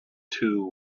two